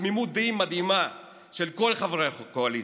בתמימות דעים מדהימה של כל חברי הקואליציה.